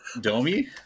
Domi